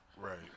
Right